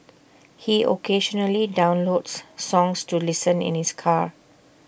he occasionally downloads songs to listen in his car